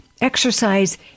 exercise